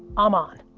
i'm on.